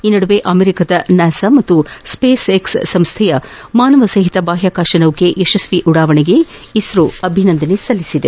ಈ ನಡುವೆ ಅಮೆರಿಕದ ನಾಸಾ ಮತ್ತು ಸ್ಪೇಸ್ ಎಕ್ಸ್ ಸಂಸ್ಥೆಯ ಮಾನವ ಸಹಿತ ಬಾಹ್ಯಾಕಾಶ ನೌಕೆ ಯಶಸ್ವಿ ಉಡಾವಣೆಗೆ ಇಸ್ತೋ ಅಭಿನಂದನೆ ಸಲ್ಲಿಸಿದೆ